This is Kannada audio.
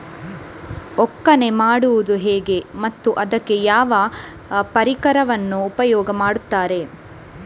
ಒಕ್ಕಣೆ ಮಾಡುವುದು ಹೇಗೆ ಮತ್ತು ಅದಕ್ಕೆ ಯಾವ ಪರಿಕರವನ್ನು ಉಪಯೋಗ ಮಾಡುತ್ತಾರೆ?